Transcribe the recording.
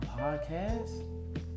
podcast